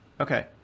okay